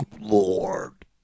Lord